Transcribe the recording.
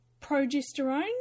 Progesterone